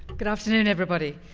good afternoon everybody.